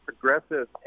progressive